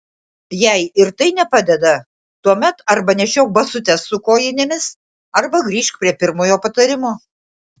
jei ir tai nepadeda tuomet arba nešiok basutes su kojinėmis arba grįžk prie pirmojo patarimo